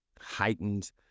heightened